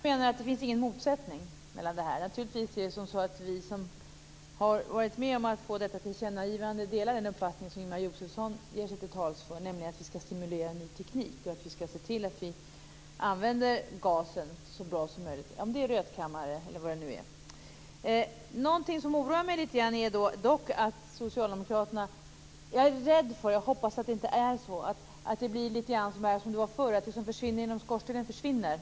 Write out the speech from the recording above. Fru talman! Jag menar att det inte finns någon motsättning. Vi som har varit med om att få detta tillkännagivande delar den uppfattning som Ingemar Josefsson ger sig till tals för, nämligen att vi skall stimulera ny teknik. Vi skall se till att vi använder gasen så bra som möjligt, om det nu är rötkammare eller vad det är. Någonting som oroar mig är dock att det blir lite grann som det var förr, att det som försvinner genom skorstenen "försvinner".